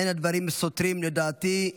אין הדברים סותרים, לדעתי.